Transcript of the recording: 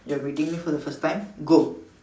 you're meeting me for the first time go